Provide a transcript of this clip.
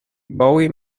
bowie